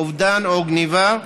אובדן או גנבה,